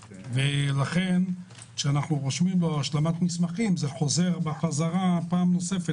לכן כשאנחנו מבקשים מאדם השלמת מסמכים זה חוזר בחזרה פעם נוספת.